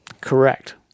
Correct